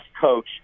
coach